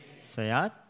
sayat